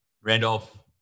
Randolph